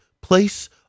place